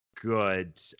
good